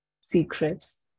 secrets